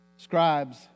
Scribes